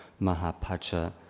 Mahapacha